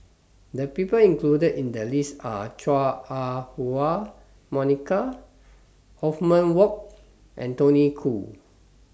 The People included in The list Are Chua Ah Huwa Monica Othman Wok and Tony Khoo